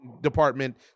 department